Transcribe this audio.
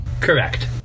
Correct